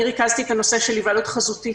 אני ריכזתי את הנושא של היוועדות חזותית